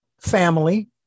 family